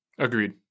agreed